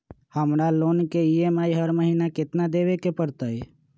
हमरा लोन के ई.एम.आई हर महिना केतना देबे के परतई?